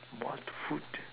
what food